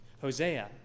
Hosea